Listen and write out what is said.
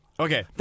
Okay